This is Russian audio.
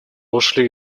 ушли